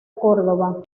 córdoba